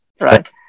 right